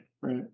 right